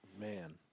Man